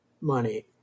money